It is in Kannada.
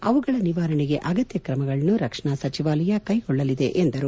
ಅವುಗಳ ನಿವಾರಣೆಗೆ ಅಗತ್ಯವಾದ ಕ್ರಮಗಳನ್ನು ರಕ್ಷಣಾ ಸಚಿವಾಲಯ ಕೈಗೊಳ್ಳಲಿದೆ ಎಂದರು